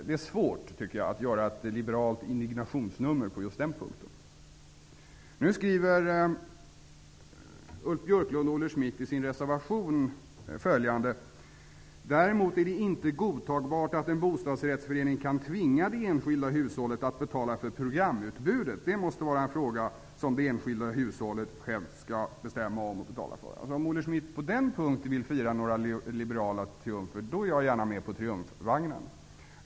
Det är svårt att göra ett liberalt indignationsnummer på just den punkten. Schmidt följande: ''Däremot är det inte godtagbart att en bostadsrättsförening kan tvinga det enskilda hushållet att betala för programutbudet. Detta måste vara en fråga som det enskilda hushållet självt skall bestämma om och betala för.'' Om Olle Schmidt på den punkten vill fira liberala triumfer, är jag gärna med på den triumfvagnen.